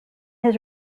his